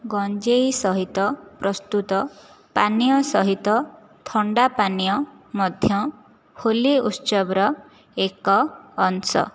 ଗଞ୍ଜେଇ ସହିତ ପ୍ରସ୍ତୁତ ପାନୀୟ ସହିତ ଥଣ୍ଡା ପାନୀୟ ମଧ୍ୟ ହୋଲି ଉତ୍ସବର ଏକ ଅଂଶ